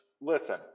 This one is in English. listen